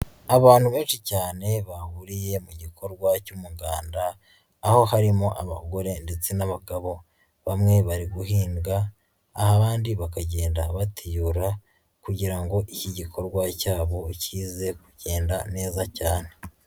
Abantu benshi cyane bahuriye mu gikorwa cy'umuganda aho harimo abagore ndetse n'abagabo, bamwe bari guhinga, abandi bakagenda batiyura kugira ngo iki gikorwa cyabo kize kugenda neza cyane.